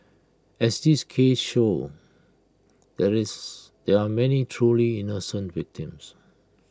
as this case shows there is there are many truly innocent victims